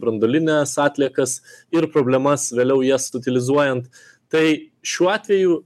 branduolines atliekas ir problemas vėliau jas t utilizuojant tai šiuo atveju